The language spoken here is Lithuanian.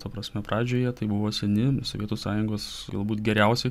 ta prasme pradžioje tai buvo seni sovietų sąjungos galbūt geriausi